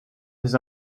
his